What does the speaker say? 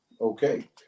okay